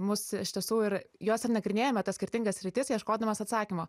mus iš tiesų ir juos ir nagrinėjome tas skirtingas sritis ieškodamos atsakymo